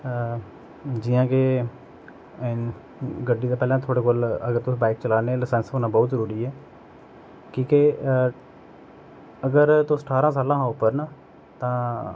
जियां के गड्डी दा पैहले थुआढ़े कोल अगर तुस बाइक तुस ठारां सालां उप्पर न तां